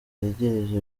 yegereje